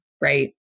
right